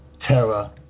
terror